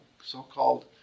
so-called